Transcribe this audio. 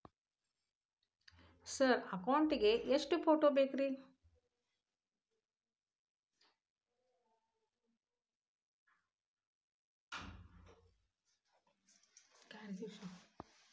Sir account ಗೇ ಎಷ್ಟು photo ಬೇಕ್ರಿ?